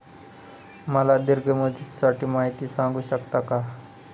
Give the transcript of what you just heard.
मला दीर्घ मुदतीसाठी माहिती सांगू शकता का?